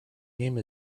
name